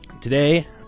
Today